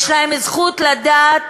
יש להם זכות לדעת